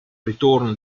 ritorno